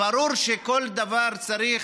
ברור שכל דבר צריך,